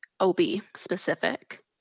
OB-specific